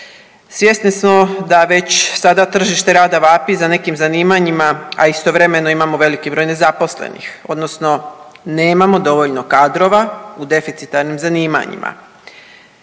Svjesni smo da već sada tržište rada vapi za nekim zanimanjima, a istovremeno imamo veliki broj nezaposlenih odnosno nemamo dovoljno kadrova u deficitarnim zanimanjima.